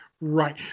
Right